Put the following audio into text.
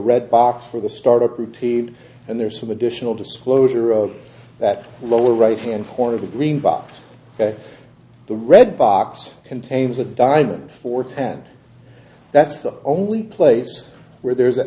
red box for the start up routine and there are some additional disclosure of that lower right hand corner of the green box the red box contains a diamond for ten that's the only place where there's an